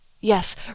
Yes